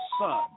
son